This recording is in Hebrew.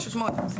פשוט מאוד.